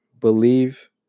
believe